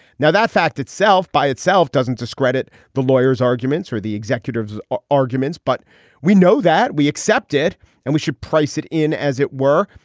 now that fact itself by itself doesn't discredit the lawyer's arguments or the executive's ah arguments. but we know that we accept it and we should price it in as it were.